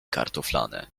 kartoflane